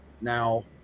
Now